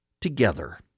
together